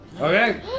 okay